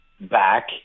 back